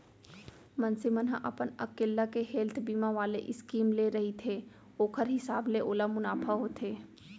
मनसे मन ह अपन अकेल्ला के हेल्थ बीमा वाले स्कीम ले रहिथे ओखर हिसाब ले ओला मुनाफा होथे